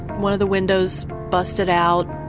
one of the windows busted out.